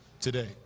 today